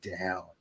down